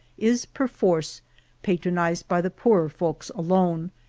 is perforce patronized by the poorer folks alone,